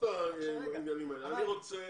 אני רוצה